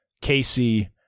Casey